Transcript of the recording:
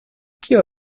kio